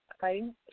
fighting